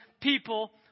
people